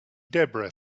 debra